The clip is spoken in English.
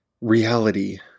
reality